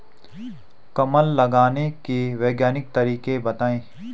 कमल लगाने के वैज्ञानिक तरीके बताएं?